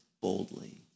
boldly